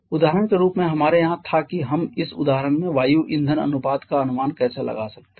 उदाहरण के रूप में हमारे यहाँ था कि हम इस उदाहरण में वायु ईंधन अनुपात का अनुमान कैसे लगा सकते हैं